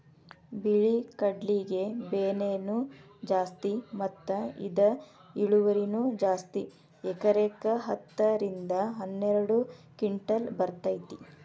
ಬಿಳಿ ಕಡ್ಲಿಗೆ ಬೆಲೆನೂ ಜಾಸ್ತಿ ಮತ್ತ ಇದ ಇಳುವರಿನೂ ಜಾಸ್ತಿ ಎಕರೆಕ ಹತ್ತ ರಿಂದ ಹನ್ನೆರಡು ಕಿಂಟಲ್ ಬರ್ತೈತಿ